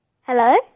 Hello